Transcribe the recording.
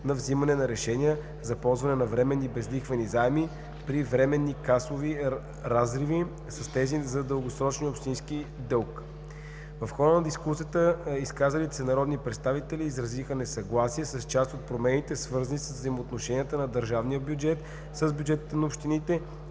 на вземане на решения за ползване на временни безлихвени заеми при временни касови разриви с тези за дългосрочния общинския дълг. В хода на дискусията изказалите се народни представители изразиха несъгласие с част от промените, свързани с взаимоотношенията на държавния бюджет с бюджетите на общините